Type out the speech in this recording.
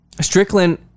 Strickland